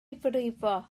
frifo